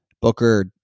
Booker